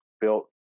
built